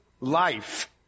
life